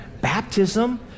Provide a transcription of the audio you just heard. Baptism